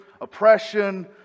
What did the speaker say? oppression